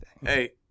Hey